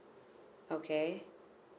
okay